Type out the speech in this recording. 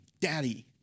daddy